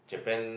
Japan